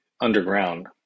underground